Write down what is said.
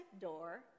door